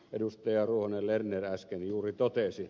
ruohonen lerner äsken juuri totesi